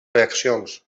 reaccions